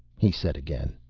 he said again.